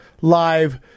Live